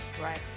Right